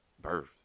birth